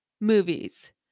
Movies